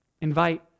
Invite